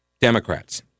Democrats